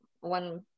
one